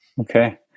Okay